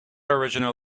original